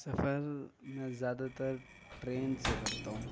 سفر میں زیادہ تر ٹرین سے کرتا ہوں